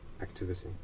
activity